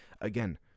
Again